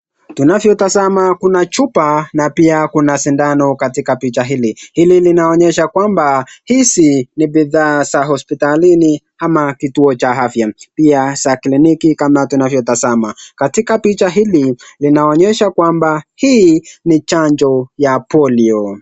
Tunavyo tazama Kuna chupa na pia Kuna sindano katika picha hili .Hili linaonyesha kwamba hizi ni bidhaa za hospitalini ama kituo Cha afya, pia za cliniki kama tunapo tazama. Katika picha hili linaonyesha kwamba hili ni chanjo ya Polio .